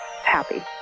happy